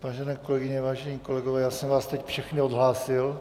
Vážené kolegyně, vážení kolegové, já jsem vás teď všechny odhlásil.